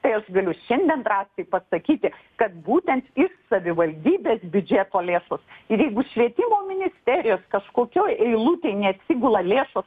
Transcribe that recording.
tai aš galiu šiandien drąsiai pasakyti kad būtent iš savivaldybės biudžeto lėšos ir jeigu švietimo ministerijos kažkokioj eilutėj neatsigula lėšos